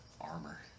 armor